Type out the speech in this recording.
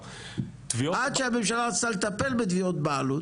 עד שהממשלה רצתה בכלל לטפל בתביעות הבעלות,